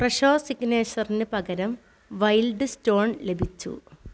ഫ്രെഷോ സിഗ്നേച്ചറിന് പകരം Wild Stone ലഭിച്ചു